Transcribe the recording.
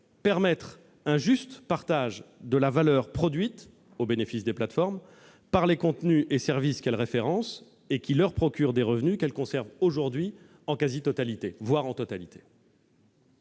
permettre un juste partage de la valeur produite au bénéfice des plateformes par les contenus et services qu'elles référencent, valeur qui leur procure des revenus qu'elles conservent aujourd'hui en quasi-totalité, voire en totalité.